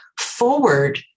forward